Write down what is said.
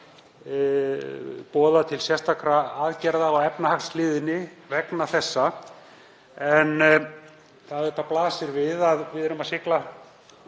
væri til sérstakra aðgerða á efnahagshliðinni vegna þessa. Það blasir við að við erum að sigla